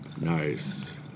Nice